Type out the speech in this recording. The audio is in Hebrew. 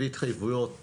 בלי התחייבויות,